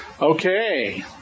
Okay